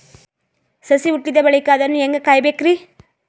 ಸಸಿ ಹುಟ್ಟಿದ ಬಳಿಕ ಅದನ್ನು ಹೇಂಗ ಕಾಯಬೇಕಿರಿ?